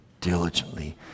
diligently